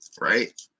right